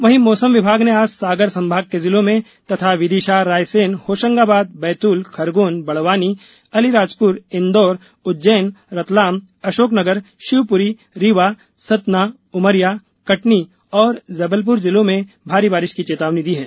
वहीं मौसम विभाग ने आज सागर सभाग के जिलों में तथा विदिशा रायसेन होशंगाबाद बैतूल खरगोन बड़वानी अलीराजपूर इंदौर उज्जैन रतलाम अशोकनगर शिवपुरी रीवा सतना उमरिया कटनी और जबलपुर जिलों में भारी बारिश की चेतावनी दी है